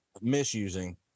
misusing